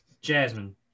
Jasmine